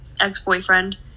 ex-boyfriend